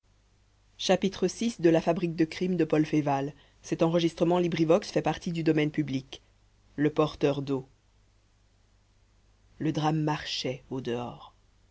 le porteur d'eau le drame marchait au dehors